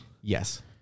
Yes